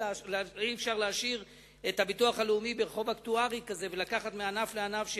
אי-אפשר להשאיר את הביטוח הלאומי בחוב אקטוארי כזה ולקחת מענף לענף.